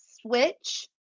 switch